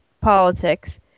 politics